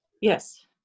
yes